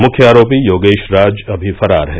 मुख्य आरोपी योगेश राज अभी फरार है